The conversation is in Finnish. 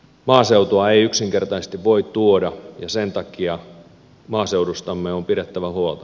maaseutua ei yksinkertaisesti voi tuoda ja sen takia maaseudustamme on pidettävä huolta